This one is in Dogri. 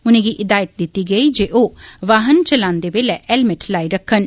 उनें गी हिदायत दिती गेई जे ओ वाहन चलान्दे वेल्ले हैलमेट लाई रक्खन